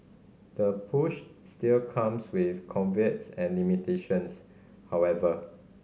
the push still comes with caveats and limitations however